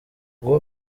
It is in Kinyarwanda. guha